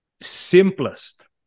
simplest